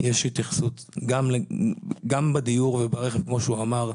יש התייחסות גם בדיור וגם ברכב, כמו שהוא אמר.